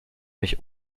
mich